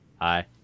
Hi